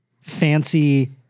fancy